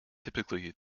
typically